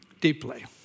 deeply